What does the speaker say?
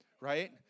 right